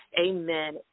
Amen